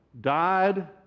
died